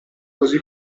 così